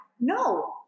No